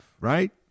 right